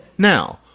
now,